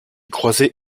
croisé